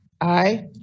Aye